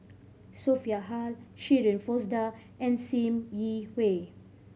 Sophia Hull Shirin Fozdar and Sim Yi Hui